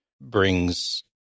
brings